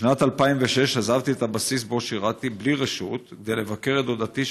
בשנת 2006 עזבתי את הבסיס שבו שירתי בלי רשות כדי לבקר את דודתי,